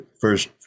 first